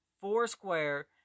foursquare